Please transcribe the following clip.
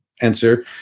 answer